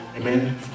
Amen